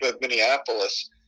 Minneapolis